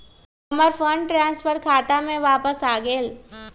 हमर fund transfer हमर खाता में वापस आ गेल